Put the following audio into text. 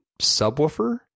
subwoofer